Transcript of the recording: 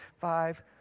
five